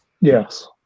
yes